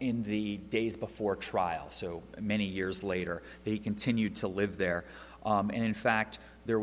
in the days before trial so many years later they continued to live there and in fact there